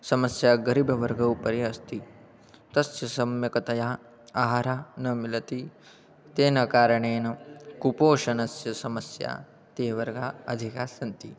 समस्याः गरीबवर्गस्य उपरि अस्ति तस्य सम्यक्तया आहारः न मिलति तेन कारणेन कुपोषणस्य समस्या तेषु वर्गेषु अधिकाः सन्ति